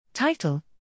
Title